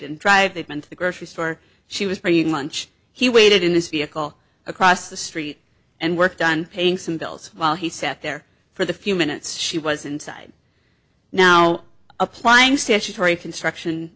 didn't drive the van to the grocery store she was bringing lunch he waited in this vehicle across the street and worked on paying some bills while he sat there for the few minutes she was inside now applying statutory construction